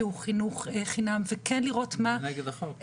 שהוא חינוך חינם וכן לראות מה אפשר --- זה נגד החוק.